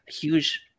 huge